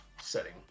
setting